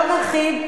לא נרחיב.